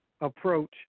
approach